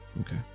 Okay